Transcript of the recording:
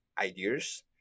ideas